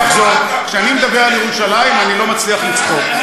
כשאני מדבר על ירושלים, אני לא מצליח לצחוק.